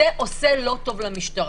זה עושה לא טוב למשטרה.